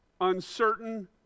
uncertain